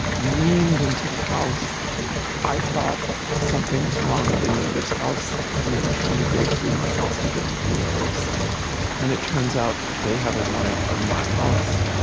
reamed into the house i thought something was wrong at a neighbor's house and they were trying to go through my house to get to the neighbors and it turns out they had a warrant for my house.